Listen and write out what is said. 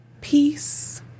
peace